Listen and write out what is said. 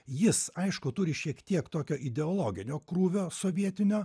jis aišku turi šiek tiek tokio ideologinio krūvio sovietinio